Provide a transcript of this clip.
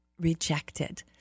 rejected